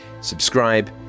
Subscribe